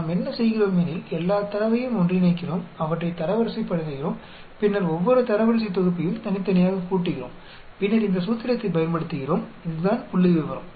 நாம் என்ன செய்கிறோம் எனில் எல்லா தரவையும் ஒன்றிணைக்கிறோம் அவற்றை தரவரிசைப்படுத்துகிறோம் பின்னர் ஒவ்வொரு தரவரிசை தொகுப்பையும் தனித்தனியாக கூட்டுகிறோம் பின்னர் இந்த சூத்திரத்தைப் பயன்படுத்துகிறோம் இதுதான் புள்ளிவிவரம்